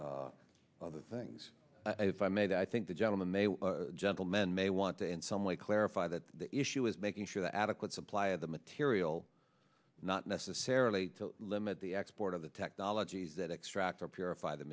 other things if i made i think the gentleman a gentleman may want to in some way clarify that the issue is making sure that adequate supply of the material not necessarily limit the export of the technologies that extract or purify the